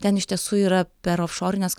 ten iš tiesų yra per ofšorines